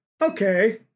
okay